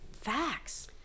facts